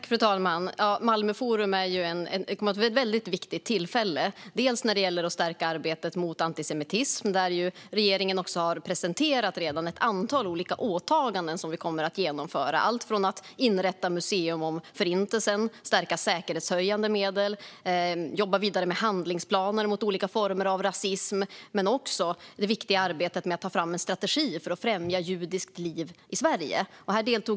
Fru talman! Malmö forum kommer att vara ett väldigt viktigt tillfälle för att stärka arbetet mot antisemitism. Regeringen har redan presenterat ett antal olika åtaganden som vi kommer att genomföra, alltifrån att inrätta museum om Förintelsen, stärka säkerhetshöjande medel och jobba vidare med handlingsplaner mot olika former av rasism till det viktiga arbetet med att ta fram en strategi för att främja judiskt liv i Sverige.